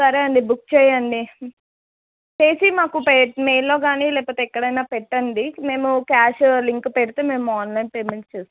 సరే అండి బుక్ చెయ్యండి చేసి మాకు మెయిల్లో కానీ లేకపోతే ఎక్కడైనా పెట్టండి మేము క్యాష్ లింక్ పెడితే మేము ఆన్లైన్ పేమెంట్ చేస్తాం